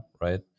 right